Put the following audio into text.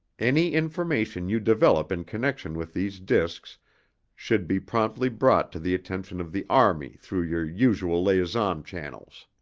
any information you develop in connection with these discs should be promptly brought to the attention of the army through your usual liaison channels.